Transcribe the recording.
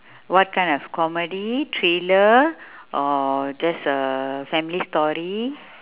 what kind of comedy thriller or just a family story